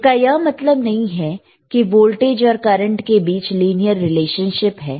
इसका यह मतलब नहीं है कि वोल्टेज और करंट के बीच लीनियर रिलेशनशिप है